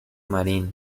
marine